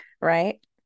right